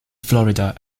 florida